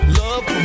love